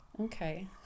Okay